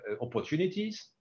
opportunities